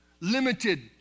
Limited